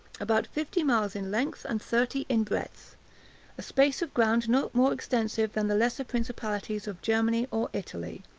about fifty miles in length and thirty in breadth a space of ground not more extensive than the lesser principalities of germany or italy,